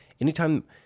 Anytime